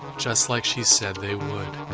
just like she said they would.